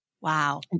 Wow